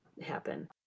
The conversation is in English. happen